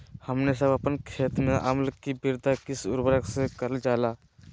हमने सब अपन खेत में अम्ल कि वृद्धि किस उर्वरक से करलजाला?